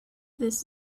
this